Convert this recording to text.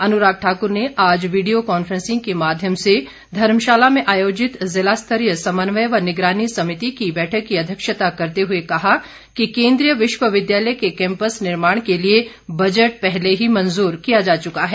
अनुराग ठाकुर ने आज video conferencing के माध्यम से धर्मशाला में आयोजित जिला स्तरीय समन्वय व निगरानी समिति की बैठक की अध्यक्षता करते हुए कहा कि केंद्रीय विश्वविद्यालय के कैंपस निर्माण के लिए बजट पहले ही मंजूर किया जा चुका है